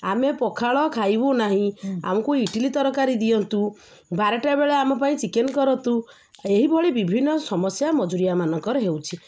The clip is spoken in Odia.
ଆମେ ପଖାଳ ଖାଇବୁ ନାହିଁ ଆମକୁ ଇଟିଲି ତରକାରୀ ଦିଅନ୍ତୁ ବାରଟା ବେଳେ ଆମ ପାଇଁ ଚିକେନ କରନ୍ତୁ ଏହିଭଳି ବିଭିନ୍ନ ସମସ୍ୟା ମଜୁରିଆମାନଙ୍କର ହେଉଛି